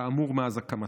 כאמור, מאז הקמתה.